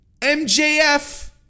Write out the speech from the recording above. MJF